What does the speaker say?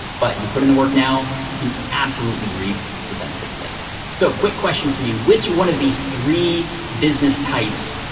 but you put in the work now, you can absolutely reap the benefits later. so, quick question for you, which one of these three business types,